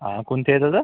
हां कोणती आहे दादा